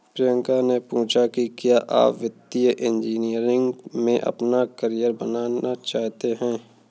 प्रियंका ने पूछा कि क्या आप वित्तीय इंजीनियरिंग में अपना कैरियर बनाना चाहते हैं?